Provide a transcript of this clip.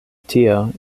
tio